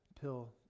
pill